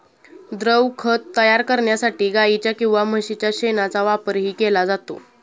द्रवखत तयार करण्यासाठी गाईच्या किंवा म्हशीच्या शेणाचा वापरही केला जातो